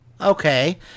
Okay